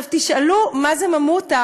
תשאלו: מה זה ממותה?